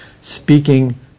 speaking